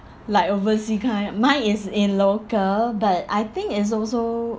like oversea kind mine is in local but I think it's also